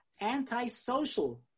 antisocial